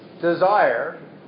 desire